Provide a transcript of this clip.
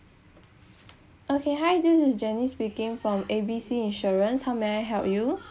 okay hi this is janice speaking from A B C insurance how may I help you